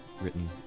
written